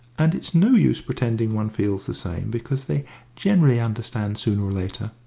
and it's no use pretending one feels the same, because they generally understand sooner or later.